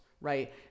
right